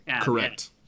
Correct